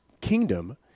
kingdom